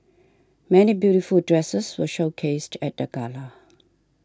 many beautiful dresses were showcased at the gala